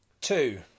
Two